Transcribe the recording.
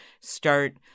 start